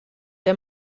der